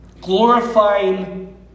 glorifying